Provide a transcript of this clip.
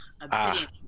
obsidian